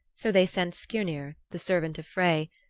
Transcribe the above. so they sent skirnir, the servant of frey,